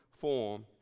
form